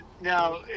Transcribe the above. now